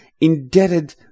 indebted